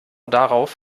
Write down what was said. darauf